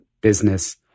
business